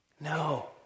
No